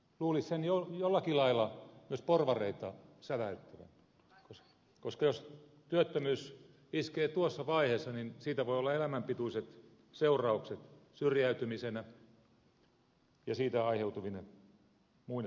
luulisi sen jollakin lailla myös porvareita säväyttävän koska jos työttömyys iskee tuossa vaiheessa siitä voi olla elämänpituiset seuraukset syrjäytymisenä ja siitä aiheutuvine muine seuraamuksineen